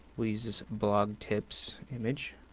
we'll use this blog tips image.